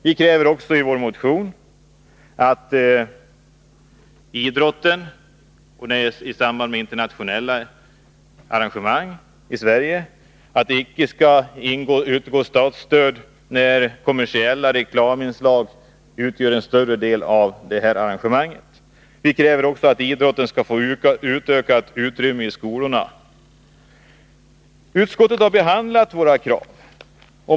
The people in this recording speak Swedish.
Vi kräver i vår motion att idrotten i samband med internationella arrangemang i Sverige icke skall få statligt stöd när kommersiella reklaminslag utgör en större del av arrangemanget. Vi kräver att idrotten skall få utökat utrymme i skolorna. Utskottet har behandlat våra krav.